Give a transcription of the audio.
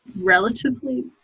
relatively